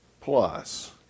plus